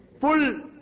Full